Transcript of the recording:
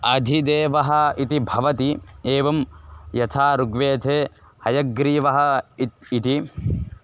अधिदेवः इति भवति एवं यथा ऋग्वेदे हयग्रीवः इति इति